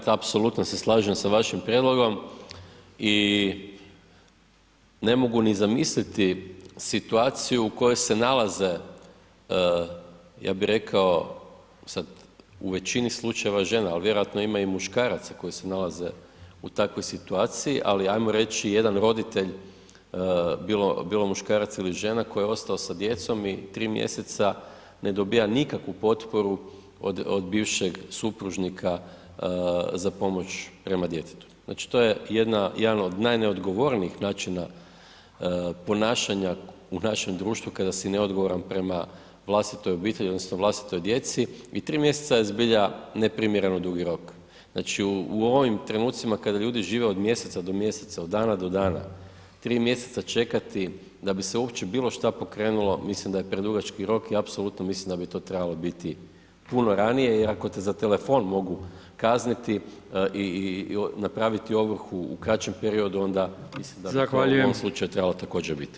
Kolega Lenart, apsolutno se slažem sa vašim prijedlogom i ne mogu ni zamisliti situaciju u kojoj se nalaze, ja bi rekao sad u većini slučajeve žene, ali vjerojatno ima i muškaraca koji se nalaze u takvoj situaciji, ali ajmo reći jedan roditelj bilo, bilo muškarac ili žena koji je ostao sa djecom i tri mjeseca ne dobija nikakvu potporu od, od bivšeg supružnika za pomoć prema djetetu, znači to je jedna, jedan od najneodgovornijih načina ponašanja u našem društvu kada si neodgovoran prema vlastitoj obitelji odnosno vlastitoj djeci i tri mjeseca je zbilja neprimjereno dugi rok, znači u ovim trenucima kada ljudi žive od mjeseca do mjeseca, od dana do dana, tri mjeseca čekati da bi se uopće bilo šta pokrenulo mislim da je predugački rok i apsolutno mislim da bi to trebalo biti puno ranije jer ako te za telefon mogu kazniti i, i napraviti ovrhu u kraćem periodu onda mislim [[Upadica: Zahvaljujem]] da bi to u ovom slučaju trebalo također bit.